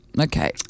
Okay